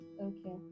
Okay